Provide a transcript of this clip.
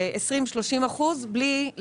זה מאפשר לאנשים,